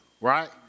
right